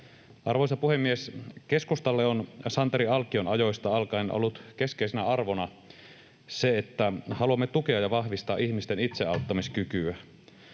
Arvoisa puhemies! Keskustalle on Santeri Alkion ajoista alkaen ollut keskeisenä arvona se, että haluamme tukea ja vahvistaa ihmisten itseauttamiskykyä.